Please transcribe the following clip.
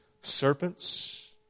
serpents